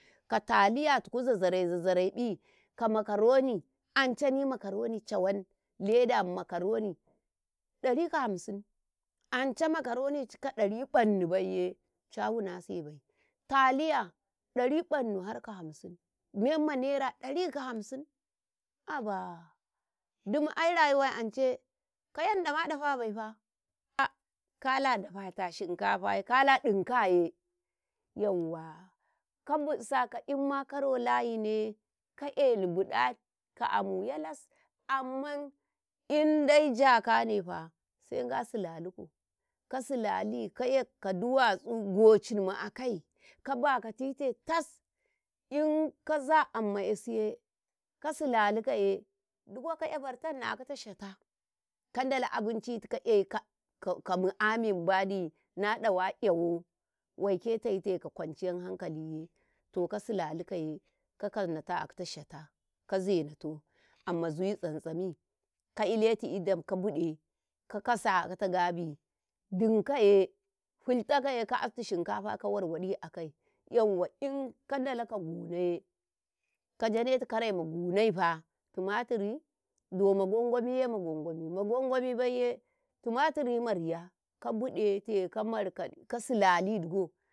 ﻿ka taliyatiku zarare-zazarebi ka makaroni ancani makaromi cawan ledama makaroni ɗari ka hamsi anca makaroni cika dari ƃannubaiye cawunasebai, Taliya ɗan ƃannu harka hamsim menma naira ɗari ka hamsim haba, dimu ai rayuwar ance kayadda madabaifa kala dafata shinkafa kala ɗinkaye, yauwa ka bidsakau, imma karo layinne kaeni buɗa ka amu yalas amma indai jakane fa sai Nga silali kau, ka silali ka ka duwatsu gureul ma a kai kabakatite tas in kaza amman 'yasiye ka silali kaye digo ka 'yabatanni a akata shata, ka Ndalau abincitikau e ka mu'amima badiyo na dawa 'yawo lauke taike ka kwanciyar hankali to ka silalikaye ka kasnatau a akata shata kazenato amma zuyi tsan-tsami ka iletun idan ka ƃide ka kassi a aka ta gabi, dim kaye, fultakaye kastu shinkafa ka warwadi akai, yauwa, inka Ndala ka gunoye, kajanetu kare ma magwangoni, magwangoni baiye timatiri ma riya ka bidete ka marka ka silali digo.